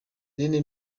rene